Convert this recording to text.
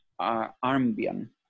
Armbian